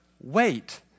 wait